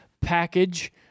package